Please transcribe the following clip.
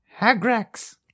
Hagrax